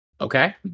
Okay